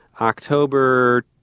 October